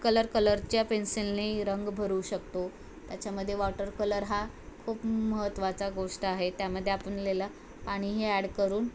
colour कलरच्या पेन्सिलने रंग भरू शकतो त्याच्यामध्ये वॉटर कलर हा खूप महत्त्वाचा गोष्ट आहे त्यामध्ये आपल्याला पाणीही ॲड करून